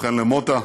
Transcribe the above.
ובכן, למוטה,